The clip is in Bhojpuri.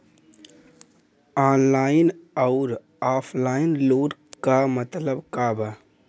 ऑनलाइन अउर ऑफलाइन लोन क मतलब का बा?